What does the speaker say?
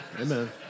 amen